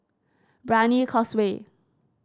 Brani Causeway